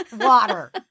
water